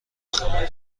خواهم